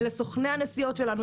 זה סוכני הנסיעות שלנו,